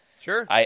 Sure